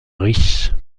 riche